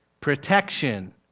protection